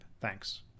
Thanks